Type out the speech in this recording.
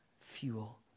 fuel